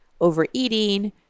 overeating